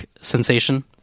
sensation